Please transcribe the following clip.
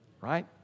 right